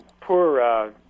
poor